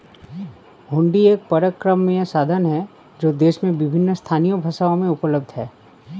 हुंडी एक परक्राम्य साधन है जो देश में विभिन्न स्थानीय भाषाओं में उपलब्ध हैं